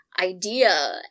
idea